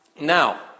now